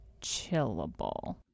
chillable